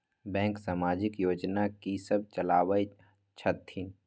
Bank समाजिक योजना की सब चलावै छथिन?